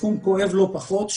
תחום כואב לא פחות,